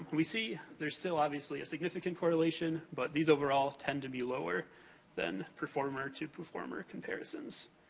we see, there's still obviously a significant correlation. but these, overall, tend to be lower than performer to performer comparisons.